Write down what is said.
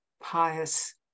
pious